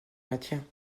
maintiens